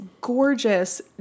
gorgeous